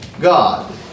God